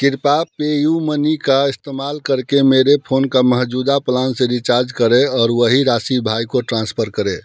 कृपा पेयूमनी का इस्तमाल करके मेरे फोन का मौजूदा प्लान से रिचार्ज करें और वही राशि भाई को ट्रांसफर करें